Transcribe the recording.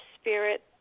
spirit